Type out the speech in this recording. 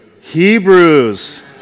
Hebrews